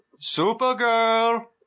Supergirl